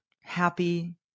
happy